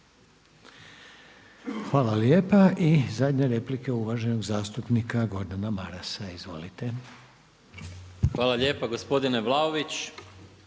Hvala lijepa. I zadnja replika uvaženog zastupnika Gordana Marasa. Izvolite. **Maras, Gordan (SDP)**